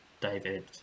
David